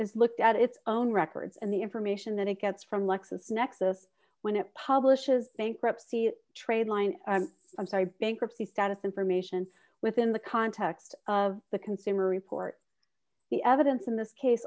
is looked at its own records and the information that it gets from lexis nexis when it publishes bankruptcy the trade line i'm sorry bankruptcy status information within the context of the consumer report the evidence in this case